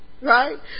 right